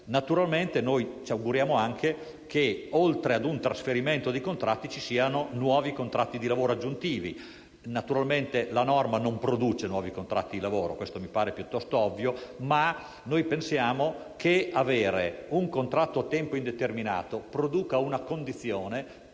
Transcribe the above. Naturalmente noi ci auguriamo anche che, oltre ad un trasferimento di contratti, ci siano nuovi contratti di lavoro aggiuntivi. La norma non produce nuovi contratti di lavoro - questo mi pare piuttosto ovvio - ma noi pensiamo che avere un contratto a tempo indeterminato metta le persone nella